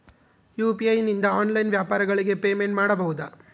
UPI ನಿಂದ online ವ್ಯಾಪಾರಗಳಿಗೆ payment ಮಾಡಬಹುದಾ?